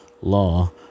law